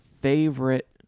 favorite